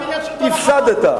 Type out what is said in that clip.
הפסדת.